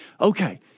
Okay